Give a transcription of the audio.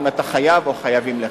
אם אתה חייב או חייבים לך.